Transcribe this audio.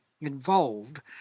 involved